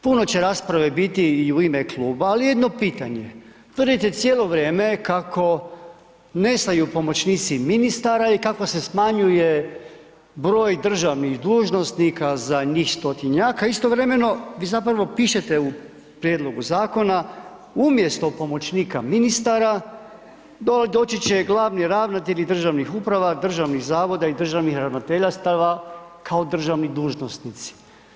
Puno će rasprave biti i u ime kluba ali jedno pitanje, tvrdite cijelo vrijeme kako nestaju pomoćnici ministara i kako se smanjuje broj držanih dužnosnika za njih stotinjak a istovremeno vi zapravo pipete u prijedlogu zakona umjesto pomoćnika ministara doći će glavni ravnatelj državnih uprava, državnih zavoda i državnih ravnateljstva kao državni dužnosnici.